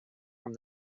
from